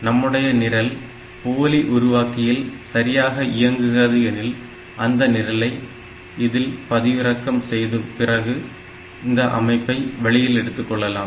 நம்முடைய நிரல் போலி உருவாக்கியில் சரியாக இயங்குகிறது எனில் அந்த நிரலை இதில் பதிவிறக்கம் செய்து பிறகு இந்த அமைப்பை வெளியில் எடுத்துக்கொள்ளலாம்